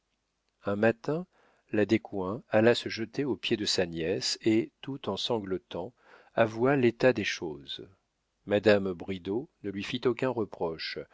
un matin la descoings alla se jeter aux pieds de sa nièce et tout en sanglotant avoua l'état des choses madame bridau ne lui fit aucun reproche